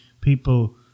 people